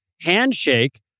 handshake